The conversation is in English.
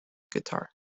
guitar